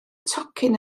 tocyn